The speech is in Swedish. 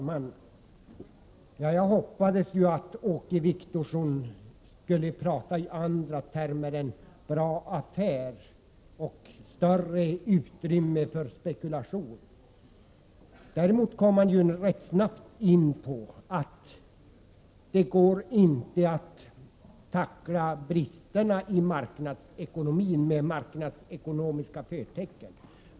Herr talman! Jag hoppades ju att Åke Wictorsson skulle tala i andra termer än bra affär och större utrymme för spekulation. Däremot kom han rätt snabbt på att det inte går att tackla bristerna i marknadsekonomin med marknadsekonomiska förtecken.